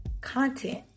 Content